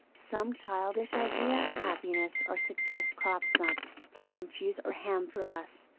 some childish idea of happiness or success crops up, to confuse or hamper us,